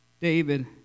david